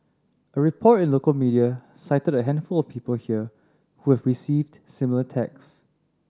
a report in local media cited a handful of people here who have received similar texts